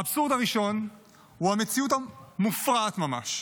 האבסורד הראשון הוא המציאות המופרעת ממש,